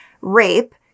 rape